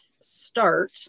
start